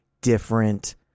different